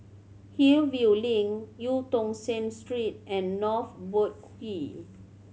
Hillview Link Eu Tong Sen Street and North Boat Quay